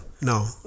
No